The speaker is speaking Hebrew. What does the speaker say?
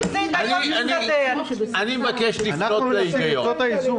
כי אם זה רעיון מסדר --- אנחנו מנסים למצוא את האיזון.